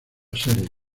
serie